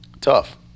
Tough